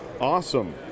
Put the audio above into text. Awesome